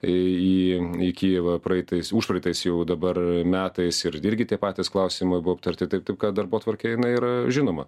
į į į kijevą praeitais užpraeitais jau dabar metais ir dirgi tie patys klausimai buvo aptarti taip kad darbotvarkė jinai yra žinoma